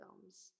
films